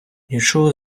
нічого